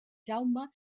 jaume